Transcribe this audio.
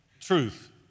truth